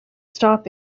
stop